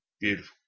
Beautiful